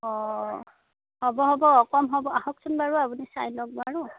অ' হ'ব হ'ব অকণ হ'ব আহকচোন বাৰু আপুনি চাই লওক বাৰু